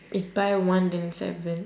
if buy one then seven